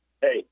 Hey